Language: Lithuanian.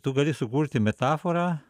tu gali sukurti metaforą